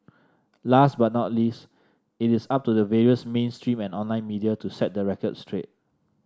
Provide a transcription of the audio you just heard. last but not least it is up to the various mainstream and online media to set the record straight